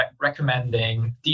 recommending